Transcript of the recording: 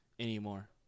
anymore